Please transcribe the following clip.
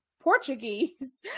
Portuguese